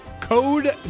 code